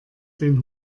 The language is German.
den